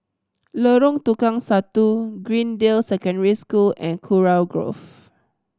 Lorong Tukang Satu Greendale Secondary School and Kurau Grove